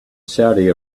saudi